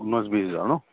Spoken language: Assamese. উনৈশ বিশ হাজাৰ ন